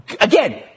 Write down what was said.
again